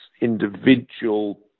individual